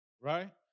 right